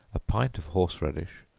a pint of horse-radish,